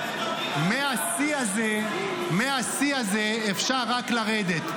מהשיא הזה אפשר רק לרדת.